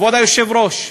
כבוד היושב-ראש,